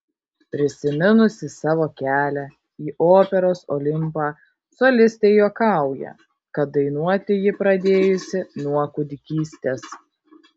prisiminusi savo kelią į operos olimpą solistė juokauja kad dainuoti ji pradėjusi nuo kūdikystės